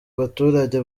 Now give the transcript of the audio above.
baturage